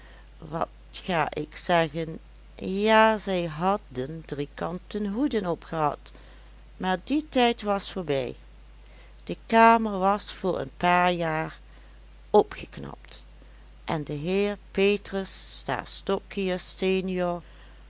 wat ga ik zeggen ja zij hadden driekante hoeden opgehad maar die tijd was voorbij de kamer was voor een paar jaar opgeknapt en de heer petrus stastokius sen